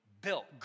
built